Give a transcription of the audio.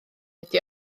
ydi